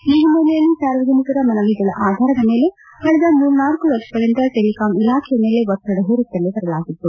ಈ ಹಿನ್ನೆಲೆಯಲ್ಲಿ ಸಾರ್ವಜನಿಕರ ಮನವಿಗಳ ಆಧಾರದ ಮೇಲೆ ಕಳೆದ ಮೂರ್ನಾಲ್ಕು ವರ್ಷಗಳಿಂದ ಟೆಲಿಕಾಂ ಇಲಾಖೆಯ ಮೇಲೆ ಒತ್ತದ ಹೇರುತ್ತಲೇ ಬರಲಾಗಿತ್ತು